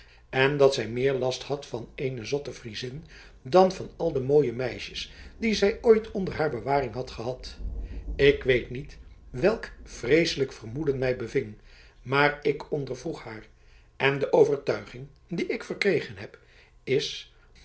en dat zij meer last had van eene zotte friezin dan van al de mooie meisjes die zij ooit onder haar bewaring had gehad ik weet niet welk vreeselijk vermoeden mij beving maar ik ondervroeg haar en de overtuiging die ik verkregen heb is